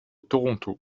toronto